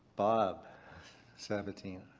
bob sabatino.